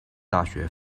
大学